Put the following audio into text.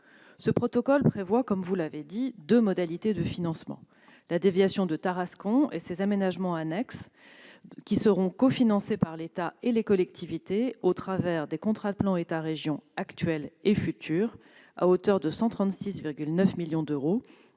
Ce protocole prévoit, comme vous l'avez dit, deux modalités de financement : d'une part, la déviation de Tarascon et ses aménagements annexes, qui seront cofinancés par l'État et les collectivités au travers des contrats de plan État-région actuels et futurs à hauteur de 136,9 millions d'euros,